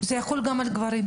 זה יחול גם על גברים.